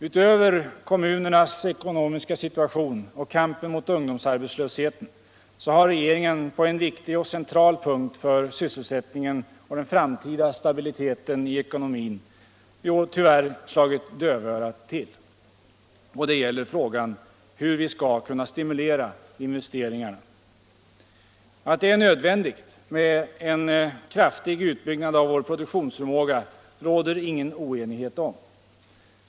Utöver kommunernas ekonomiska situation och kampen mot ungdomsarbetslösheten har regeringen på en viktig och central punkt för sysselsättningen och den framtida stabiliteten i ekonomin i år tyvärr slagit dövörat till. Det gäller frågan hur vi skall kunna stimulera investeringsverksamheten. Att det är nödvändigt med en kraftig utbyggnad av vår produktionsförmåga råder ingen oenighet om.